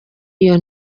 iyo